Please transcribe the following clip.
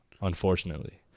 unfortunately